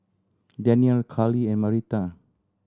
Danniel Karlie and Marita